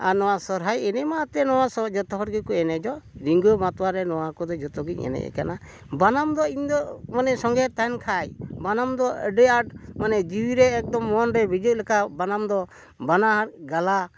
ᱟᱨ ᱱᱚᱣᱟ ᱥᱚᱦᱨᱟᱭ ᱮᱱᱮᱡ ᱢᱟ ᱮᱱᱛᱮᱫ ᱱᱚᱣᱟ ᱥᱚ ᱡᱚᱛᱚ ᱦᱚᱲ ᱜᱮᱠᱚ ᱮᱱᱮᱡᱚᱜᱼᱟ ᱨᱤᱸᱡᱷᱟᱹ ᱢᱟᱛᱣᱟᱨᱮ ᱱᱚᱣᱟ ᱠᱚᱫᱚ ᱡᱚᱛᱚ ᱜᱮᱧ ᱮᱱᱮᱡ ᱠᱟᱱᱟ ᱵᱟᱱᱟᱢ ᱫᱚ ᱤᱧ ᱫᱚ ᱢᱟᱱᱮ ᱥᱚᱸᱜᱮ ᱛᱟᱦᱮᱱ ᱠᱷᱟᱡ ᱵᱟᱱᱟᱢ ᱫᱚ ᱟᱹᱰᱤ ᱟᱸᱴ ᱢᱟᱱᱮ ᱡᱤᱣᱤ ᱨᱮ ᱮᱠᱫᱚᱢ ᱢᱚᱱᱨᱮ ᱵᱷᱤᱡᱟᱹᱜ ᱞᱮᱠᱟ ᱵᱟᱱᱟᱢ ᱫᱚ ᱵᱟᱱᱟᱨ ᱜᱟᱞᱟ